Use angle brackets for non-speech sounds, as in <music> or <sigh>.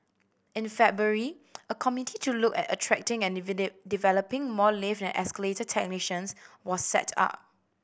in February a committee to look at attracting and <unintelligible> developing more lift and escalator technicians was set up